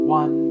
one